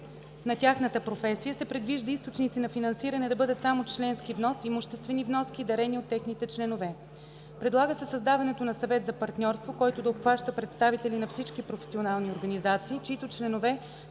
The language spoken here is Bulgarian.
на тяхната професия се предвижда източници на финансиране да бъдат само членски внос, имуществени вноски и дарения от техните членове. Предлага се създаването на Съвет за партньорство, който да обхваща представители на всички професионални организации, чиито членове